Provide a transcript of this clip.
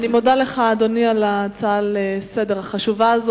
אני מודה לך, אדוני, על ההצעה החשובה הזאת